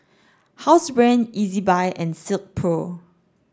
Housebrand Ezbuy and Silkpro